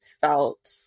felt